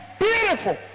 beautiful